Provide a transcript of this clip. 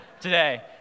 today